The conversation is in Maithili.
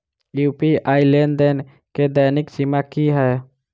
यु.पी.आई लेनदेन केँ दैनिक सीमा की है?